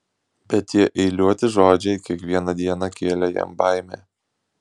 bet tie eiliuoti žodžiai kiekvieną dieną kėlė jam baimę